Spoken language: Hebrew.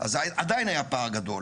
עדיין היה פער גדול.